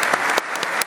ההצהרה.)